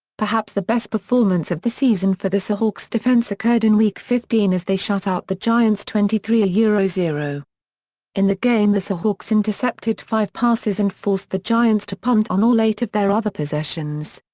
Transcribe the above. perhaps the best performance of the season for the seahawks defense occurred in week fifteen as they shut out the giants twenty three yeah zero. in the game the seahawks intercepted five passes and forced the giants to punt on all eight of their other possessions.